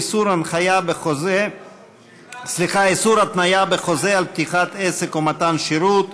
איסור התניה בחוזה על פתיחת עסק או מתן שירות),